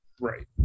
Right